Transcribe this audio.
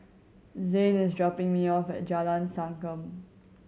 zayne is dropping me off at Jalan Sankam